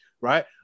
right